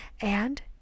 And